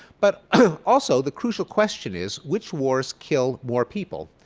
but ah also, the crucial question is which wars kill more people?